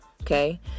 Okay